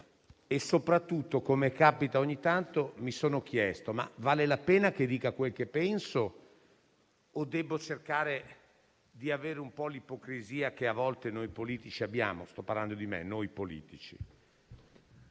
Soprattutto, come capita ogni tanto, mi sono chiesto: vale la pena che dica quel che penso o debbo cercare di avere l'ipocrisia che a volte noi politici abbiamo? (Sto parlando di me, riferendomi